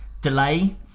delay